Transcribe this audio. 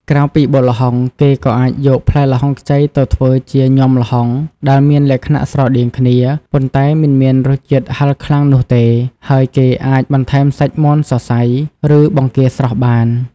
ក្រៅពីបុកល្ហុង គេក៏អាចយកផ្លែល្ហុងខ្ចីទៅធ្វើជា ញាំល្ហុង ដែលមានលក្ខណៈស្រដៀងគ្នា ប៉ុន្តែមិនមានរសជាតិហឹរខ្លាំងនោះទេ ហើយគេអាចបន្ថែមសាច់មាន់សរសៃ ឬបង្គារស្រស់បាន។